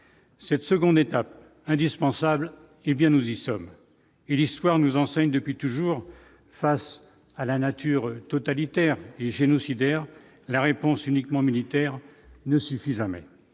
cette seconde étape indispensable, hé bien nous y sommes et l'histoire nous enseigne depuis toujours face à la nature totalitaire et génocidaires la réponse uniquement militaire ne suffisent, mais